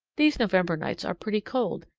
these november nights are pretty cold,